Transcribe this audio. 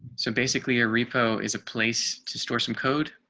so basically, a repo is a place to store some code.